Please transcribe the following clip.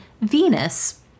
Venus